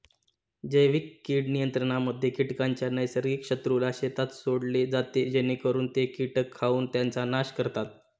जैविक कीड नियंत्रणामध्ये कीटकांच्या नैसर्गिक शत्रूला शेतात सोडले जाते जेणेकरून ते कीटक खाऊन त्यांचा नाश करतात